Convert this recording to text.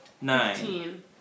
Nine